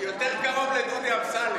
יותר קרוב לדודי אמסלם.